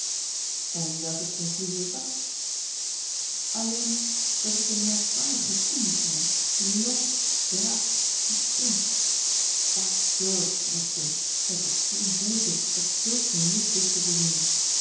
en welke conclusie is dat alleen dat het een merkwaardige koe moet zijn die loopt draaft springt bij george watson het was geen boertje dat zulk een list wist te verzinnen